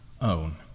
own